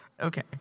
Okay